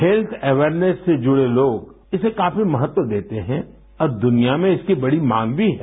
health awareness से जुड़े लोग इसे काफी महत्व देते हैं और दुनिया में इसकी बड़ी मांग भी है